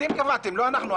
אתם קבעתם, לא אנחנו.